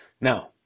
Now